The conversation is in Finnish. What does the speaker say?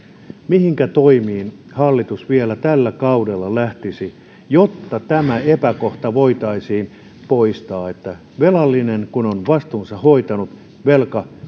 mihinkä toimiin hallitus vielä tällä kaudella lähtisi jotta tämä epäkohta voitaisiin poistaa niin että velallinen kun on vastuunsa hoitanut velka